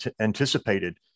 anticipated